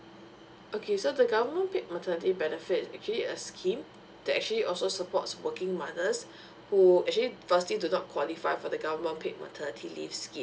okay so the government paid maternity benefits is actually a scheme that actually also supports working mothers who actually firstly to not qualify for the government paid maternity leave scheme